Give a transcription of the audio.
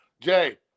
Jay